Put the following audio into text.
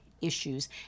issues